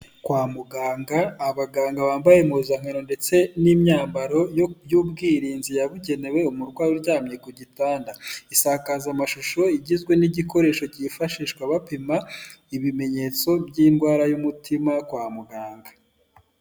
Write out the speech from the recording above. Kwa muganga abaganga bambaye impuzankano ndetse n'imyambaro y'ubwirinzi yabugenewe umurwayi uryamye ku gitanda, isakazamashusho igizwe n'igikoresho kifashishwa bapima ibimenyetso by'indwara y'umutima kwa muganga.